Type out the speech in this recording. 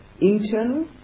internal